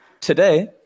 Today